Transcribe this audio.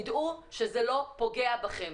תדעו שזה לא פוגע בכם.